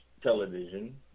television